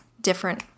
different